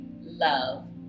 love